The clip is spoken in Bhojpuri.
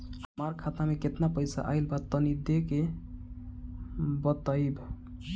हमार खाता मे केतना पईसा आइल बा तनि देख के बतईब?